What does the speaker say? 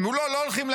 מולו לא הולכים,